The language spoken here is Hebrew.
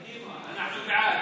קדימה, אנחנו בעד.